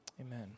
amen